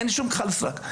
אין שום כחל וסרק.